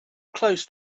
close